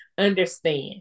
understand